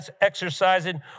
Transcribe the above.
exercising